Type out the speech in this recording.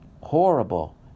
Horrible